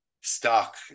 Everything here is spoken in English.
stock